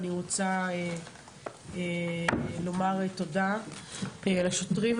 אני רוצה לומר תודה לשוטרים,